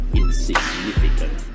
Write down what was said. insignificant